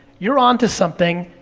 you're on to something,